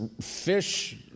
fish